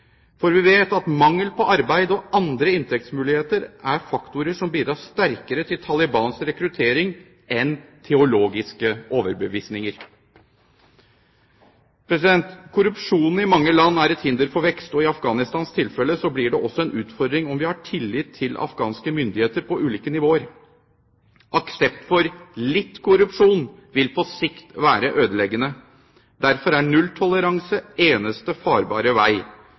for vi vet at mangel på arbeid og andre inntektsmuligheter er faktorer som bidrar sterkere til Talibans rekruttering enn teologiske overbevisninger. Korrupsjonen i mange land er et hinder for vekst, og i Afghanistans tilfelle blir det også en utfordring om vi har tillit til afghanske myndigheter på ulike nivåer. Aksept for litt korrupsjon vil på sikt være ødeleggende. Derfor er nulltoleranse eneste farbare vei.